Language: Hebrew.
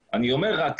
למה להתנהל כך?